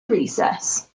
recess